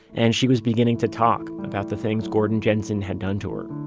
and she was beginning to talk about the things gordon jensen had done to her